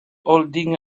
holding